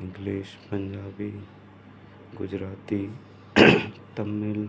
English Punjabi Gujarati Tamil